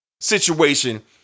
situation